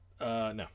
No